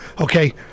okay